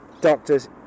doctors